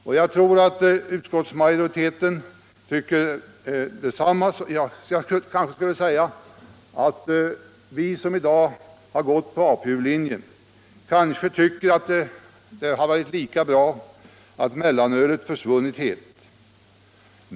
Vi som i dag har gått på APU-linjen kanske tycker att det hade varit lika bra att mellanölet försvunnit helt.